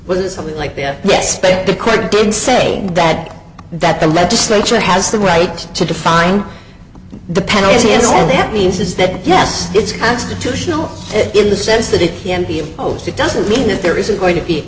with something like that yes but the court did say that that the legislature has the right to define the penalty and that means is that yes it's constitutional in the sense that it can be imposed it doesn't mean that there isn't going to be